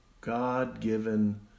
God-given